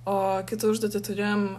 o kitą užduotį turėjom